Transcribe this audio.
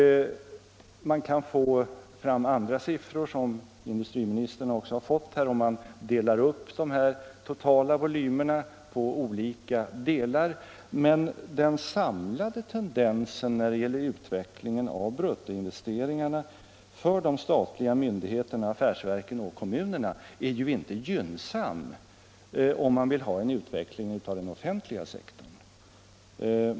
Man kan få fram andra siffror — och det har industriministern också fått — om man spjälkar de totala volymerna på olika delar, men den samlade tendensen när det gäller utvecklingen av bruttoinvesteringarna för de statliga myndigheterna, affärsverken och kommunerna är ju inte gynnsam om man vill ha en utveckling av den offentliga sektorn.